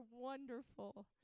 wonderful